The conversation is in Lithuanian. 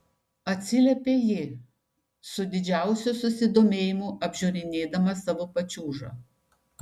atsiliepė ji su didžiausiu susidomėjimu apžiūrinėdama savo pačiūžą